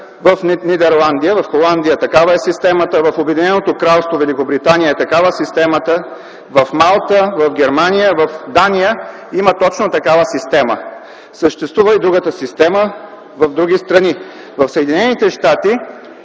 в Нидерландия (Холандия) системата е такава, в Обединеното кралство Великобритания системата е такава, в Малта, в Германия, в Дания има точно такава система. Съществува и другата система в други страни. В Съединените щати,